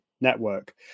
network